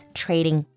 trading